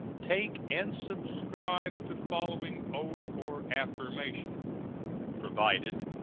take and subscribe the following oath or affirmation provided,